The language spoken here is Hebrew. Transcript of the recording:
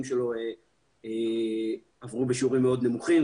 שלו עברו בשיעורים מאוד נמוכים,